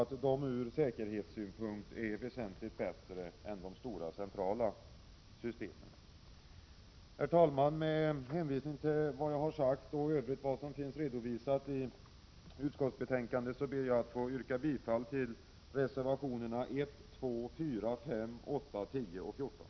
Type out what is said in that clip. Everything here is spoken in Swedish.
1987/88:21 säkerhetssynpunkt är väsentligt bättre än de stora centrala systemen. 11 november 1987 Herr talman! Med hänvisning till vad jag sagt och i övrigt till vad som fims redovisat i utskottsbetänkandet ber jag att få yrka bifall till reservationerna 1, 2,4, 5, 8, 10 och 14.